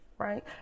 Right